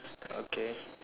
okay